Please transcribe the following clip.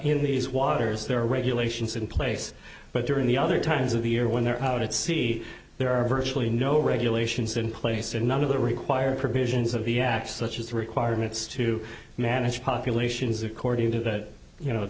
in these waters there are regulations in place but during the other times of the year when they're out at sea there are virtually no regulations in place and none of the required provisions of the acts such as the requirements to manage populations according to that you know